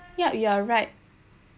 yup you are right